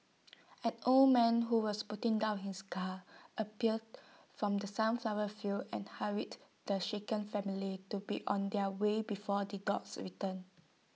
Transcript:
an old man who was putting down his gun appeared from the sunflower fields and hurried the shaken family to be on their way before the dogs return